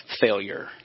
failure